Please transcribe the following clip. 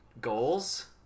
goals